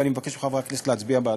ואני מבקש מחברי הכנסת להצביע בעדו.